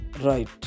right